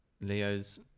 Leos